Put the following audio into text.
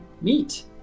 meet